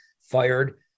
fired